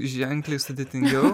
ženkliai sudėtingiau